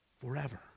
forever